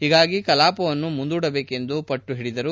ಹೀಗಾಗಿ ಕಲಾಪವನ್ನು ಮುಂದೂಡಬೇಕೆಂದು ಪಟ್ಟು ಹಿಡಿದರು